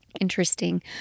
interesting